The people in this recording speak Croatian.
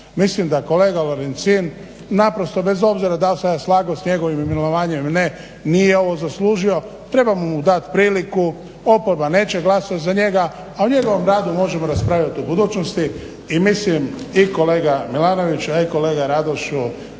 Mislim da kolega Lorencin naprosto bez obzira da li se ja slagao s njegovim imenovanjem ili ne, nije ovo zaslužio. Trebamo mu dati priliku, oporba neće glasat za njega, a o njegovom radu možemo raspravljati u budućnosti. I mislim i kolega Milanoviću, a i kolega Radošu